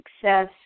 success